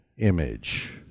image